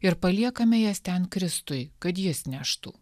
ir paliekame jas ten kristui kad jis neštų